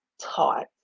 taught